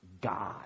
God